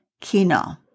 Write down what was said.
kino